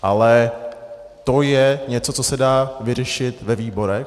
Ale to je něco, co se dá vyřešit ve výborech.